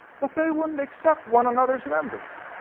but they wouldnt accept one anothers members.